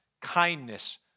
kindness